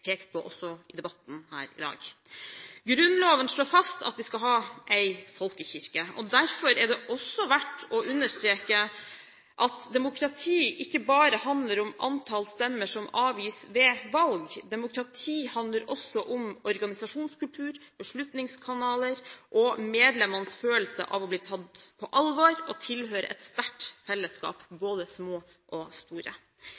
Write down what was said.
pekt på også i debatten her i dag. Grunnloven slår fast at vi skal ha en folkekirke, og derfor er det også verdt å understreke at demokrati ikke bare handler om antall stemmer som avgis ved valg. Demokrati handler også om organisasjonskultur, beslutningskanaler og medlemmenes følelse av å bli tatt på alvor og tilhøre et sterkt fellesskap,